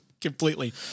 completely